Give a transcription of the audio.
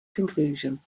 conclusion